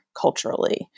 culturally